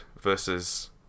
versus